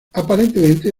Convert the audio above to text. aparentemente